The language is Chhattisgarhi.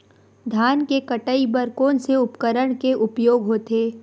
धान के कटाई बर कोन से उपकरण के उपयोग होथे?